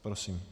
Prosím.